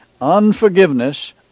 Unforgiveness